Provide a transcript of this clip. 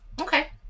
Okay